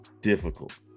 difficult